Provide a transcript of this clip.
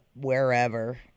wherever